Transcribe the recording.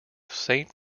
saint